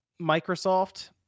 microsoft